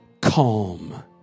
calm